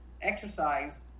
exercise